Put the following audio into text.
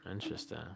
Interesting